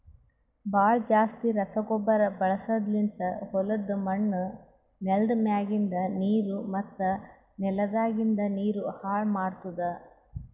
ಭಾಳ್ ಜಾಸ್ತಿ ರಸಗೊಬ್ಬರ ಬಳಸದ್ಲಿಂತ್ ಹೊಲುದ್ ಮಣ್ಣ್, ನೆಲ್ದ ಮ್ಯಾಗಿಂದ್ ನೀರು ಮತ್ತ ನೆಲದಾಗಿಂದ್ ನೀರು ಹಾಳ್ ಮಾಡ್ತುದ್